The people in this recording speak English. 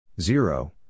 zero